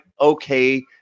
okay